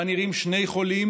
שבה נראים שני חולים,